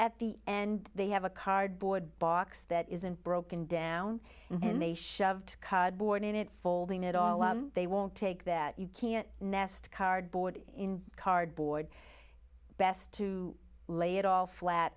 at the and they have a cardboard box that isn't broken down and they shoved cut board in it folding it all up they won't take that you can't nest cardboard in cardboard best to lay it all flat